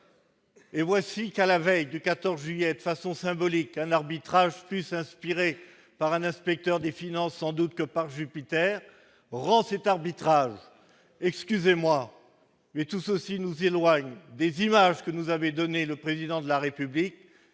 et voici qu'à la veille du 14 juillet de façon symbolique, un arbitrage plus inspiré par un inspecteur des finances sans doute que par Jupiter rend cette excusez-moi, mais tout ceci nous éloigne des images que nous avait données le président de la République